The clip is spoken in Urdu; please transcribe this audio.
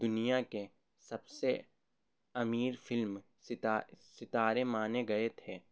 دنیا کے سب سے امیر فلم ستا ستارے مانے گئے تھے